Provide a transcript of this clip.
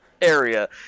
area